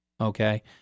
Okay